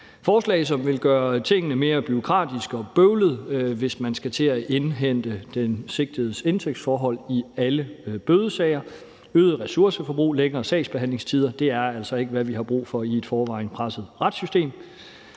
forslag, som vil gøre tingene mere bureaukratiske og bøvlede, hvis man skal til at indhente oplysninger om den sigtedes indtægtsforhold i alle bødesager. Et øget ressourceforbrug og forlængede sagsbehandlingstider er altså ikke, hvad vi har brug for i et i forvejen presset retssystem.